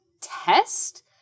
test